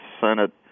Senate